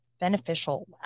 beneficial